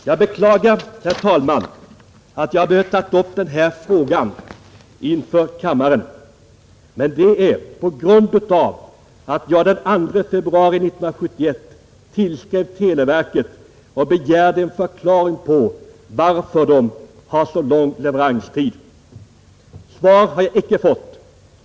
Jag beklagar, herr talman, att jag behövt ta upp den här frågan inför kammaren, men det är på grund av att jag den 2 februari 1971 tillskrev televerket och begärde en förklaring till att leveranstiden är så lång när det gäller högtalande telefoner. Jag har inte fått svar från televerket.